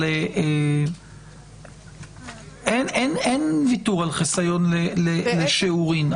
אין ויתור על חיסיון לשיעורים,